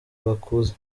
bakuze